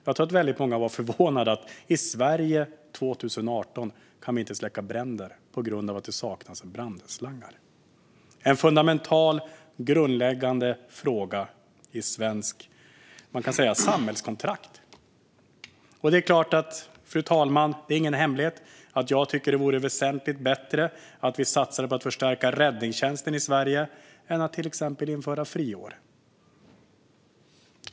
Jag tror att många blev förvånade över att vi i Sverige 2018 inte kunde släcka bränder på grund av att det saknades brandslangar. Detta är en fundamental fråga i det svenska samhällskontraktet. Fru talman! Det är inte någon hemlighet att jag tycker att det vore väsentligt bättre att satsa på att förstärka räddningstjänsten i Sverige än att till exempel införa friår.